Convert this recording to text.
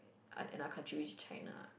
another country which is China ah